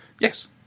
Yes